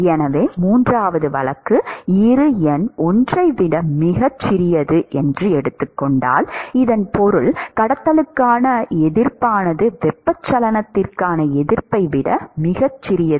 எனவே மூன்றாவது வழக்கு இரு எண் 1 ஐ விட மிகச் சிறியது இதன் பொருள் கடத்துதலுக்கான எதிர்ப்பானது வெப்பச்சலனத்திற்கான எதிர்ப்பை விட மிகச் சிறியது